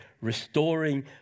restoring